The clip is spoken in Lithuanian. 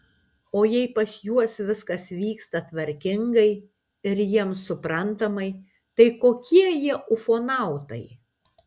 o jei pas juos viskas vyksta tvarkingai ir jiems suprantamai tai kokie jie ufonautai